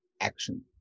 action